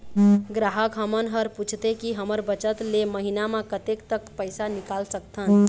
ग्राहक हमन हर पूछथें की हमर बचत ले महीना मा कतेक तक पैसा निकाल सकथन?